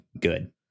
good